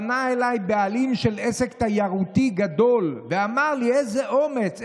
פנה אליי בעלים של עסק תיירותי גדול ואמר לי: איזה אומץ,